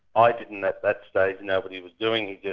i didn't at that stage know what he was doing,